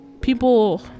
people